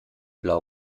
blau